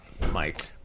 Mike